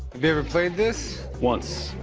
you ever played this? once.